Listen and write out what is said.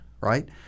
right